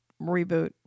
reboot